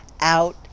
out